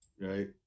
Right